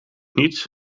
niet